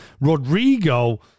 Rodrigo